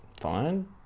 fine